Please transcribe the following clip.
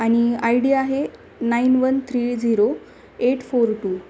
आणि I D आहे nine one three zero eight four to